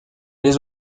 les